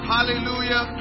Hallelujah